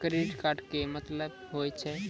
Credit card के मतलब होय छै?